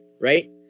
right